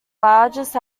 largest